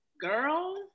Girl